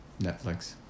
Netflix